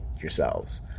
yourselves